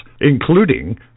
including